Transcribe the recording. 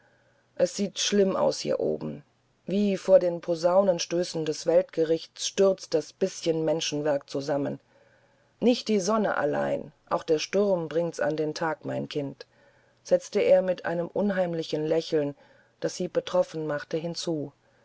es sieht schlimm aus hier oben wie vor den posaunenstößen des weltgerichts stürzt das bißchen menschenwerk zusammen nicht die sonne allein auch der sturm bringt's an den tag mein kind setzte er mit einem unheimlichen lächeln das sie betroffen machte hinzu